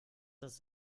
das